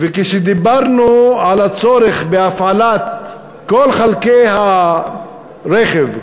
כשדיברנו על הצורך בהפעלת כל חלקי הרכב,